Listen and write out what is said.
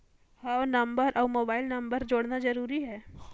हव नंबर अउ mobile number जोड़ना जरूरी हे?